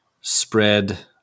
spread